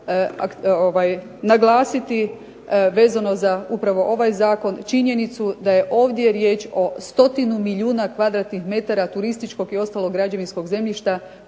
naglasiti vezano za upravo ovaj zakon činjenicu da je ovdje riječ o stotinu milijuna kvadratnih metara turističkog i ostalog građevinskog zemljišta